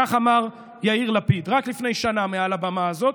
כך אמר יאיר לפיד רק לפני שנה מעל הבמה הזאת,